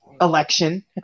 Election